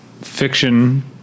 fiction